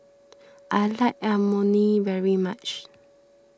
I like Imoni very much